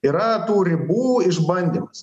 yra tų ribų išbandymas